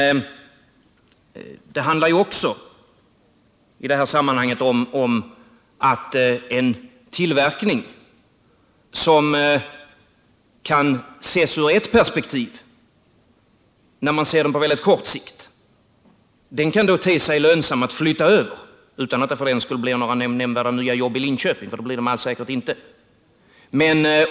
Men det handlar också i det här sammanhanget om att en tillverkning som på väldigt kort sikt har dåliga förutsättningar kan te sig lönsam om den flyttas över till annan ort, utan att det för den skull blir några nya jobb i Linköping, för det blir det med all säkerhet inte.